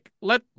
let